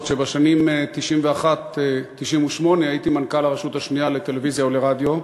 שבשנים 1991 1998 הייתי מנכ"ל הרשות השנייה לטלוויזיה ולרדיו,